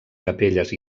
capelles